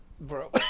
Bro